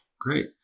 Great